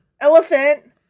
Elephant